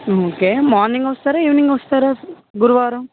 okay morning వస్తారా evening వస్తారా గురువారం